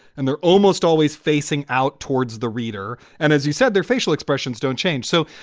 and they're almost always facing out towards the reader. and as you said, their facial expressions don't change. so.